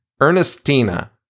Ernestina